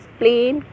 plain